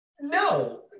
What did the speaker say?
no